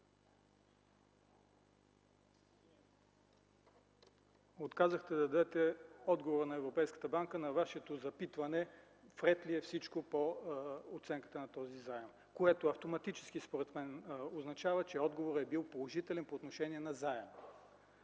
отказахте да дадете отговорът на Европейската банка на Вашето запитване в ред ли е всичко по оценката на този заем, което автоматически, според мен, означава, че отговорът е бил положителен по отношение на заема.